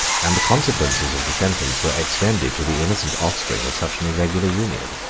and the consequences of the sentence were extended to the innocent offspring of such an irregular union.